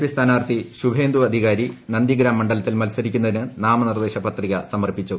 P സ്ഥാനാർത്ഥി ശുഭേന്ദു അധികാരി നന്ദിഗ്രാം മണ്ഡലത്തിൽ മത്സരിക്കുന്നതിന് നാമനിർദ്ദേശ പത്രിക സമർപ്പിച്ചു